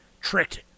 tricked